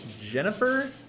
Jennifer